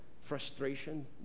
frustration